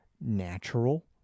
natural